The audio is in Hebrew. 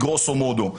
גרוסו מודו.